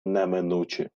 неминучі